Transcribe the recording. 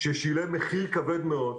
ששילם מחיר כבד מאוד,